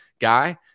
guy